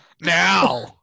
now